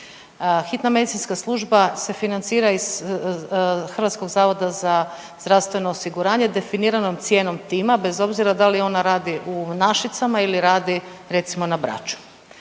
Hitna medicinska služba se financira iz HZZO-a definiranom cijenom tima bez obzira da li ona radi u Našicama ili radi recimo na Braču.